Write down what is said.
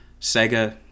Sega